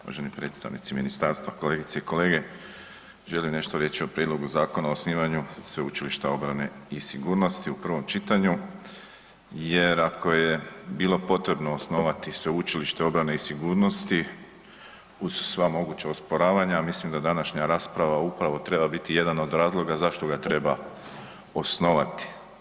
Uvaženi predstavnici ministarstva, kolegice i kolege, želim nešto reći o Prijedlogu Zakona o osnivanju Sveučilišta obrane i sigurnosti u prvom čitanju jer ako je bilo potrebno osnovati Sveučilište obrane i sigurnosti uz sva moguća osporavanja, a mislim da današnja rasprava upravo treba biti jedan od razloga zašto ga treba osnovati.